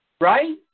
Right